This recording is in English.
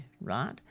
right